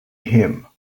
him